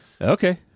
Okay